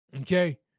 Okay